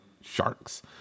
Sharks